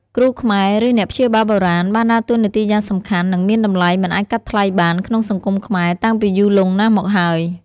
គ្រូខ្មែរ ឬអ្នកព្យាបាលបុរាណ បានដើរតួនាទីយ៉ាងសំខាន់ និងមានតម្លៃមិនអាចកាត់ថ្លៃបានក្នុងសង្គមខ្មែរតាំងពីយូរលង់ណាស់មកហើយ។